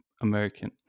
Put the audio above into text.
american